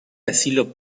asilo